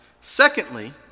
Secondly